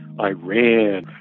Iran